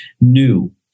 new